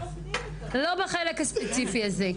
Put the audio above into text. לא בחלק הספציפי הזה.